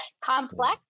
complex